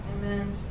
Amen